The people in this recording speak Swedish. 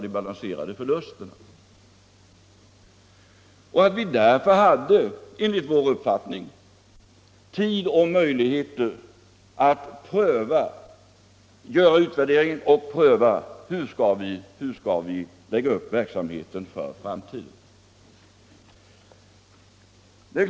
Vi hade därför enligt vår uppfattning tid och möjlighet att göra en utvärdering och pröva hur vi skulle lägga upp verksamheten för framtiden.